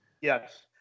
Yes